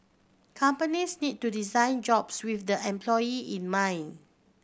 companies need to design jobs with the employee in mind